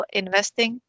investing